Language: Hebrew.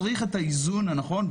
צריך את האיזון הנכון,